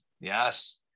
Yes